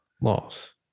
Loss